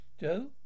Joe